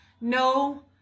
no